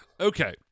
Okay